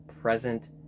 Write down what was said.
present